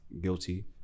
guilty